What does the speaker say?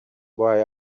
why